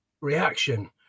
reaction